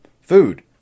Food